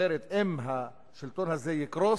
אחרת, אם השלטון הזה יקרוס,